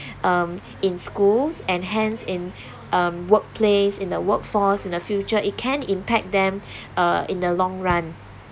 um in schools and hence in um workplace in the workforce in the future it can impact them uh in the long run